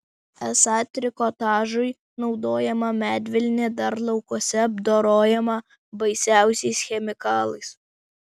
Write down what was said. esą trikotažui naudojama medvilnė dar laukuose apdorojama baisiausiais chemikalais